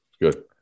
good